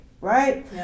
right